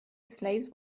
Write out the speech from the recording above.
slaves